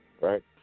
right